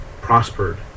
prospered